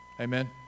Amen